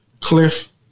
Cliff